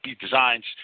Designs